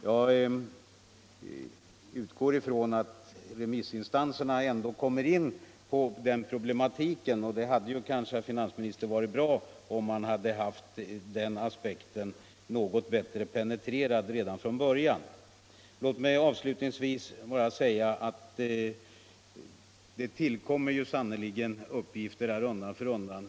Jag utgår ifrån att remissinstanserna nu ändå kommer in på denna problematik, och det hade kanske, herr finansminister, varit bra om man hade haft den aspekten något bättre penetrerad från början. Låt mig avslutningsvis bara säga att det tillkommer sannerligen nya uppgifter för företagen undan för undan.